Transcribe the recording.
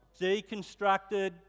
Deconstructed